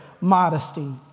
modesty